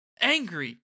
angry